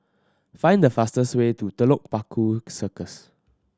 find the fastest way to Telok Paku Circus